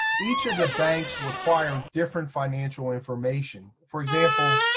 each of the banks require different financial information. for example,